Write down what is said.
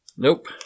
Nope